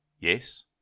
Yes